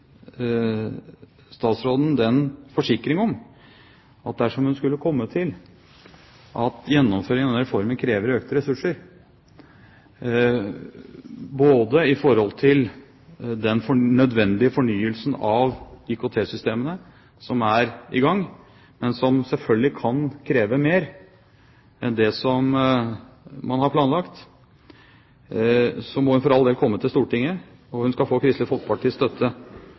statsråden en forsikring om at dersom hun skulle komme til at gjennomføring av denne reformen krever økte ressurser i forhold til den nødvendige fornyelsen av IKT-systemene, som er i gang, men som selvfølgelig kan kreve mer enn det man har planlagt, må hun for all del komme til Stortinget, og hun skal få Kristelig Folkepartis støtte